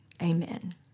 Amen